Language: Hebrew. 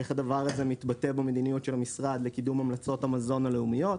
איך הדבר הזה מתבטא במדיניות של המשרד לקידום המלצות המזון הלאומיות.